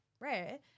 rare